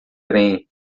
trem